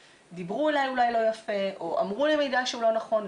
דיברו אלי אולי לא יפה או אמרו לי מידע שהוא לא נכון.